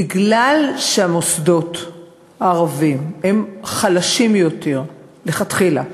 בגלל שהמוסדות הערביים הם חלשים יותר מלכתחילה,